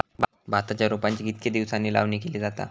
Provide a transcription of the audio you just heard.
भाताच्या रोपांची कितके दिसांनी लावणी केली जाता?